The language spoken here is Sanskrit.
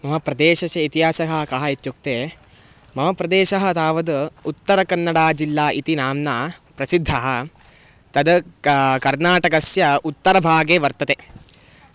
मम प्रदेशस्य इतिहासः कः इत्युक्ते मम प्रदेशः तावद् उत्तरकन्नडाजिल्ला इति नाम्ना प्रसिद्धः तद् कर्नाटकस्य उत्तरभागे वर्तते